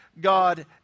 God